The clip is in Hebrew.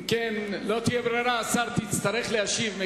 אם כן, לא תהיה ברירה, השר, תצטרך להשיב.